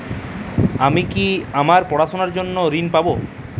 আমি কি আমার পড়াশোনার জন্য ঋণ পাব?